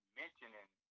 mentioning